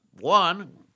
one